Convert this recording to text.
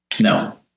No